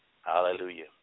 Hallelujah